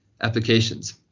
applications